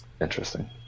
Interesting